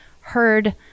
heard